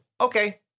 okay